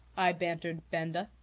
i bantered benda.